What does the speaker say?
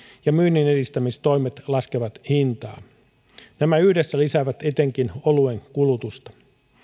ja myynninedistämistoimet laskevat hintaa nämä yhdessä lisäävät etenkin oluen kulutusta